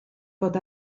bod